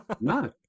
no